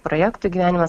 projektų įgyvendinimas